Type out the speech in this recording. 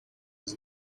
was